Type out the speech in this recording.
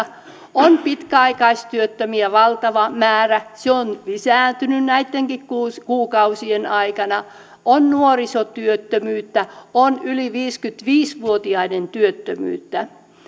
on pitkäaikaistyöttömiä valtava määrä se on nyt lisääntynyt näittenkin kuukausien aikana on nuorisotyöttömyyttä on yli viisikymmentäviisi vuotiaiden työttömyyttä